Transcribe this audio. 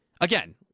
Again